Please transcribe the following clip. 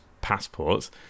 passports